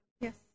Yes